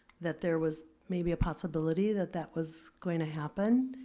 that there was maybe a possibility that that was going to happen.